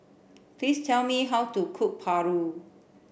please tell me how to cook Paru